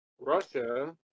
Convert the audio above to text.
Russia